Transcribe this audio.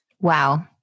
Wow